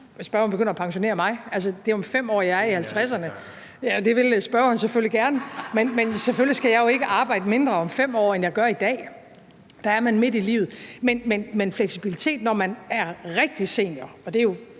spørgeren begynder at pensionere mig. Og det ville spørgeren selvfølgelig gerne. (Munterhed). Det er om 5 år, jeg er i 50'erne, men selvfølgelig skal jeg jo ikke arbejde mindre om 5 år, end jeg gør i dag, for der er jeg midt i livet. Men fleksibilitet, når man er rigtig senior, og det er jo